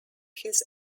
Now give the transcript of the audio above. his